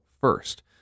first